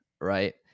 right